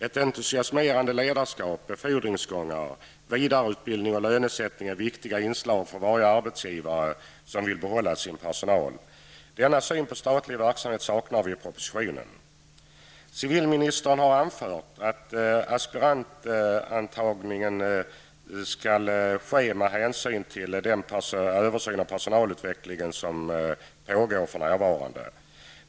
Ett entusiasmerande ledarskap, befordringsgångar, vidareutbildningar och lönesättning är viktiga inslag för varje arbetsgivare som vill behålla sin personal. Denna syn på statlig verksamhet saknas i propositionen. Civilministern har anfört att aspirantantagningen skall ske med hänsyn till den översyn av personalutvecklingen som för närvarande pågår.